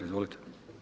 Izvolite.